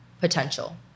potential